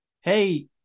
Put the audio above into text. hey